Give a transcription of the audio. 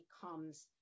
becomes